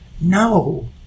no